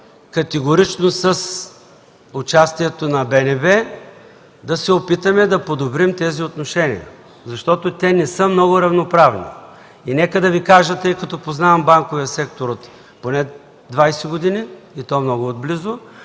Българската народна банка, да се опитаме да подобрим тези отношения, защото те не са много равноправни. Нека да Ви кажа, тъй като познавам банковия сектор от поне 20 години, и то много отблизо,